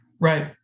Right